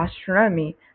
astronomy